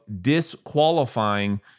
disqualifying